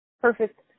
perfect